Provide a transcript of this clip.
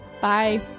bye